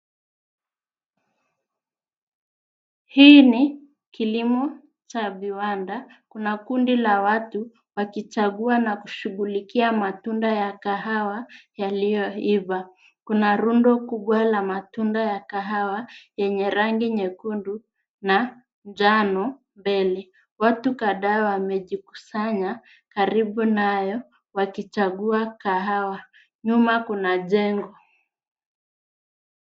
Hii ni kilimo cha viwanda. Kuna kundi la watu wakichagua na kushughulikia matunda ya kahawa yaliyoiva. Kuna rundo kubwa la matunda ya kahawa yenye rangi nyekundu na njano mbele. Watu kadhaa wamejikusanya karibu nao wakichagua kahawa . Nyuma kuna jengo.